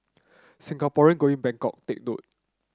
Singaporean going Bangkok take